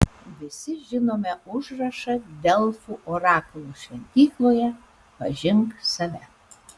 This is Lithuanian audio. visi žinome užrašą delfų orakulo šventykloje pažink save